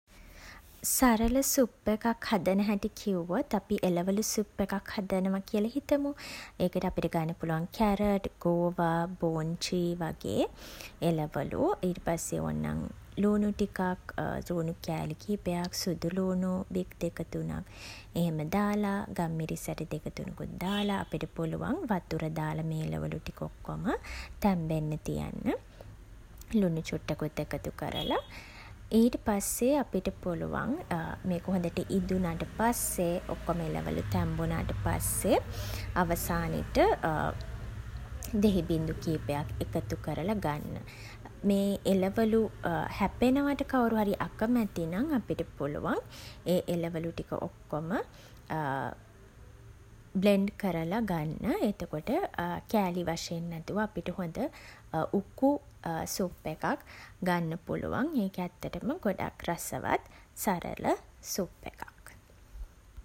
සරල සුප් එකක් හදන හැටි කිව්වොත්, අපි එළවලු සුප් එකක් හදනවා කියලා හිතමු. ඒකට අපිට ගන්න පුළුවන් කැරට්, ගෝවා, බෝංචි වගේ එළවලු. ඊට පස්සේ ඕන්නම් ළූණු ටිකක්, ළූණු කෑලි කිහිපයක්, සුදුළූණු බික් දෙක තුනක් එහෙම දාලා, ගම්මිරිස් ඇට දෙක තුනකුත් දාලා අපිට පුළුවන් වතුර දාලා මේ එළවලු ටික ඔක්කොම තැම්බෙන්න තියන්න. ලුණු චුට්ටකුත් එකතු කරලා. ඊට පස්සේ අපිට පුළුවන් මේක හොඳට ඉදුනට පස්සේ, ඔක්කොම එළවලු තැම්බුනාට පස්සේ අවසානෙට දෙහි බිංදු කීපයක් එකතු කරලා ගන්න. මේ එළවලු හැපෙනවට කව්රුහරි අකමැති නම් අපිට පුළුවන් ඒ එළවලු ටික ඔක්කොම බ්ලෙන්ඩ් කරලා ගන්න. එතකොට කෑලි වශයෙන් නැතුව අපිට හොඳ උකු සුප් එකක් ගන්න පුළුවන්. ඒක ඇත්තටම ගොඩක් රසවත් සරල සුප් එකක්.